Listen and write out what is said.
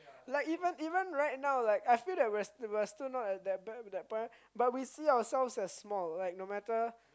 like even even right now like I feel that we are we are still not at that bad that point but we see ourselves as small like no matter